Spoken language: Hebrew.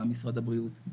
גם משרד הבריאות,